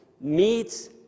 meets